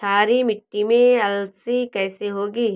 क्षारीय मिट्टी में अलसी कैसे होगी?